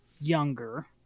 younger